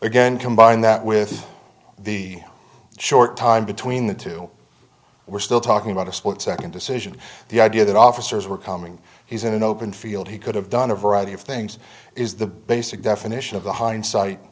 again combine that with the short time between the two we're still talking about a split second decision the idea that officers were coming he's in an open field he could have done a variety of things is the basic definition of the hindsight